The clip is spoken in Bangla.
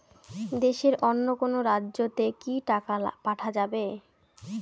দেশের অন্য কোনো রাজ্য তে কি টাকা পাঠা যাবে?